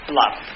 love